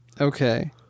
Okay